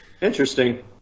Interesting